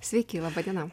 sveiki laba diena